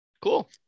Cool